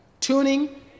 Tuning